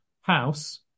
house